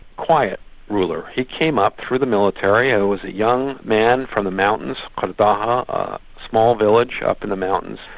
quiet ruler. he came up through the military and ah was a young man from the mountains, qardaha, a small village up in the mountains,